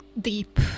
deep